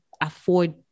afford